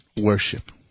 worship